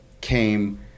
came